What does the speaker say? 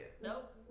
Nope